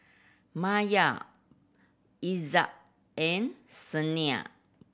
Maya Izzat and Senin